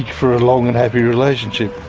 for a long and happy relationship.